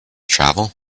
travel